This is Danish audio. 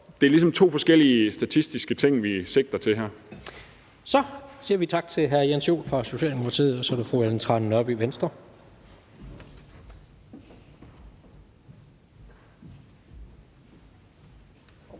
det er ligesom to forskellige statistiske ting, vi sigter til her. Kl. 16:48 Tredje næstformand (Jens Rohde): Vi siger tak til hr. Jens Joel fra Socialdemokratiet, og så er det fru Ellen Trane Nørby, Venstre.